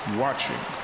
watching